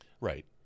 Right